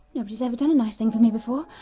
nobody's ever done a nice thing for me before.